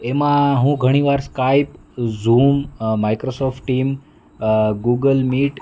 એમાં હું ઘણીવાર Skype Zoom Microsoft team Google meet